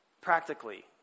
Practically